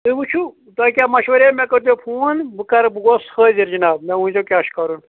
تُہۍ وٕچھُو تۄہہِ کیٛاہ مَشوَر یِیِو مےٚ کٔرۍزیو فون بہٕ کَرٕ بہٕ گوس حٲضر جِناب مےٚ ؤنۍزیو کیٛاہ چھُ کَرُن